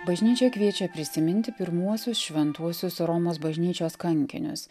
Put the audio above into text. bažnyčia kviečia prisiminti pirmuosius šventuosius romos bažnyčios kankinius